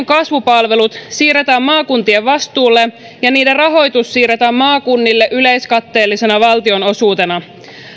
kasvupalvelut siirretään maakuntien vastuulle ja niiden rahoitus siirretään maakunnille yleiskatteellisena valtionosuutena